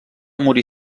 morir